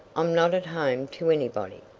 i'm not at home to anybody.